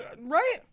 right